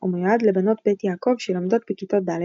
ומיועד לבנות בית יעקב שלומדות בכיתות ד'